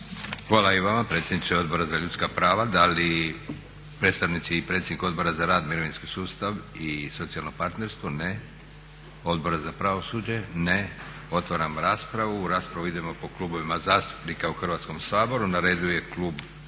Hvala i vama predsjedniče Odbora za ljudska prava. Da li predstavnici i predsjednik Odbora za rad, mirovinski sustav i socijalno partnerstvo? Ne. Odbora za pravosuđe? Ne. Otvaram raspravu. U raspravu idemo po klubovima zastupnika u Hrvatskom saboru. Na redu je Klub